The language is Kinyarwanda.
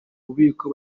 bubiko